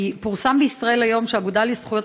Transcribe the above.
כי פורסם בישראל היום שהאגודה לזכויות